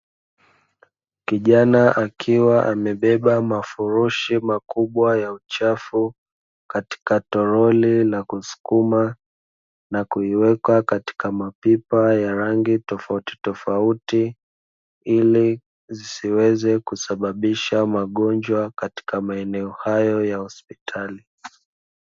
Kijana akiwa amebeba mafurushi makubwa ya uchafu katika toroli na kusukuma na kuiweka katika mapipa ya rangi tofauti tofauti, ili zisiweze kusababisha magonjwa katika maeneo hayo ya hospitali.